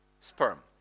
sperm